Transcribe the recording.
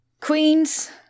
Queens